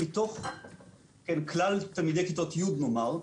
שמתוך כלל תלמידי כיתות י' נאמר,